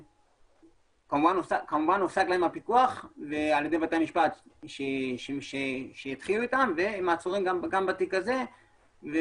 כמובן שהופסק להם הפיקוח על ידי בתי המשפט והם עצורים גם בתיק הזה.